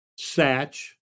satch